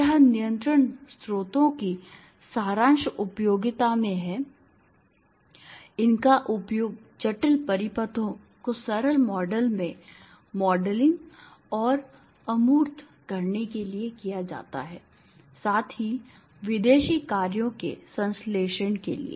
तो यह नियंत्रण स्रोतों की सारांश उपयोगिता में है इनका उपयोग जटिल परिपथों को सरल मॉडल में मॉडलिंग और अमूर्त करने के लिए किया जाता है साथ ही विदेशी कार्यों के संश्लेषण के लिए